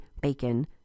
bacon